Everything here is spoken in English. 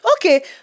Okay